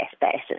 basis